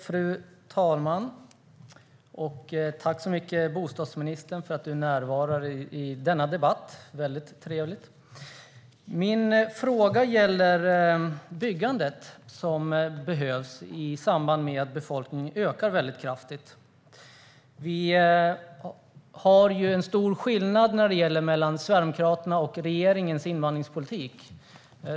Fru talman! Tack, bostadsministern, för att du deltar i debatten! Det är mycket trevligt. Min fråga gäller det byggande som behövs i samband med att befolkningen ökar kraftigt. Skillnaden är stor mellan Sverigedemokraternas och regeringens invandringspolitik.